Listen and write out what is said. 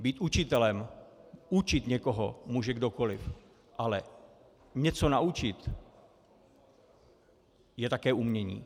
Být učitelem, učit někoho může kdokoli, ale něco naučit je také umění.